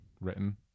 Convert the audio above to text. written